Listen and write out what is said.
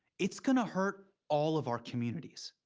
it's going to hurt all of our communities.